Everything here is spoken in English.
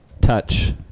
Touch